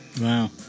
Wow